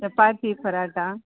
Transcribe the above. chapati paratha